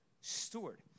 steward